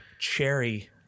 Cherry